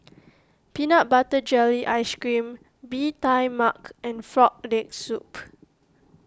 Peanut Butter Jelly Ice Cream Bee Tai Mak and Frog Leg Soup